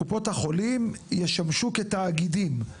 במקום אחר.